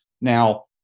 Now